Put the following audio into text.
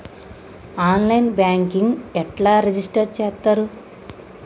On line banking ఎట్లా register చేత్తరు?